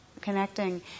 connecting